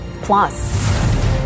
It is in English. plus